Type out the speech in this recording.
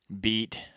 beat